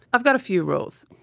i've got a few rules.